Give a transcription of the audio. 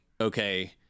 okay